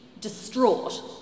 distraught